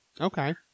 Okay